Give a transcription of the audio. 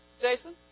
Jason